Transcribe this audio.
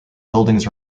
buildings